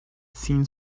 seen